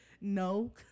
no